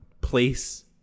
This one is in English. place